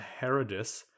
Herodis